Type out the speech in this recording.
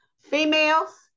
females